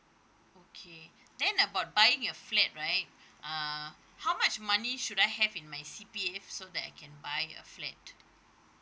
okay then about buying a flat right uh how much money should I have in my C_P_F so that I can buy a flat